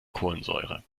kohlensäure